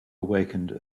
awakened